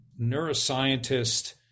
neuroscientist